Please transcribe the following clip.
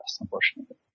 unfortunately